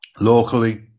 locally